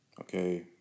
Okay